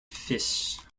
fish